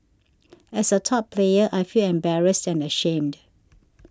as a top player I feel embarrassed and ashamed